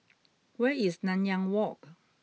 where is Nanyang Walk